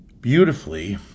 beautifully